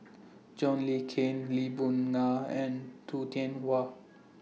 John Le Cain Lee Boon Ngan and Tu Tian Yau